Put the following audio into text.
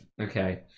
okay